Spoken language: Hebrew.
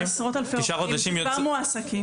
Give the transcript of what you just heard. מדובר על עשרות אלפי עובדים שכבר מועסקים.